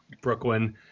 Brooklyn